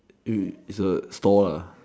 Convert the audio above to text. eh it's a store lah